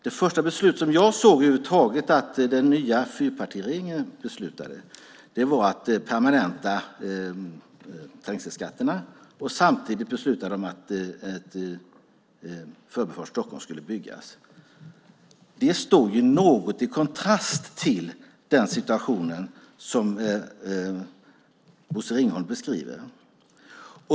Det första beslut den nya fyrpartiregeringen tog var att permanenta trängselskatterna. Samtidigt beslutade man att Förbifart Stockholm skulle byggas. Det står något i kontrast till den situation som Bosse Ringholm beskriver.